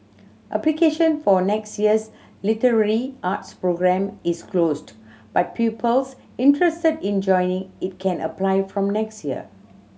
application for next year's literary arts programme is closed but pupils interested in joining it can apply from next year